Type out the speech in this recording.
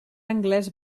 anglès